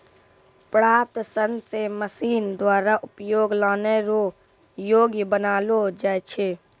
प्राप्त सन से मशीन द्वारा उपयोग लानै रो योग्य बनालो जाय छै